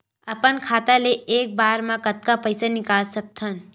अपन खाता ले एक बार मा कतका पईसा निकाल सकत हन?